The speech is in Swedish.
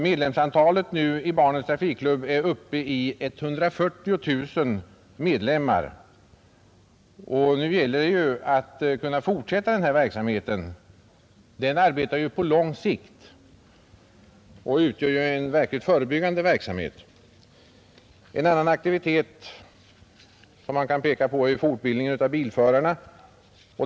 Medlemsantalet i barnens trafikklubb är nu uppe i 140 000. Det gäller att kunna fortsätta den här verksamheten. Det är ett arbete på lång sikt och en verkligt förebyggande verksamhet. En annan aktivitet som man kan peka på är fortbildningen av bilförare.